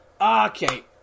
Okay